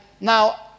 now